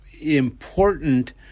important